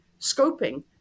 scoping